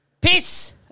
Peace